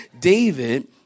David